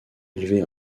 élevé